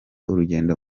urugendo